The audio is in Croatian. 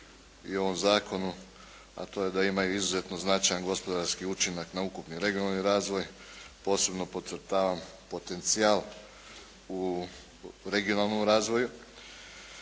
u ovom zakonu, a to je da imaju izuzetno značajan gospodarski učinak na ukupni regionalni razvoj, posebno podcrtavam potencijal u regionalnom razvoju,